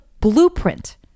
blueprint